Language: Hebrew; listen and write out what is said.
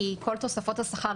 כי כל תוספות השכר,